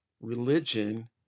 religion